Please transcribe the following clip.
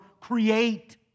create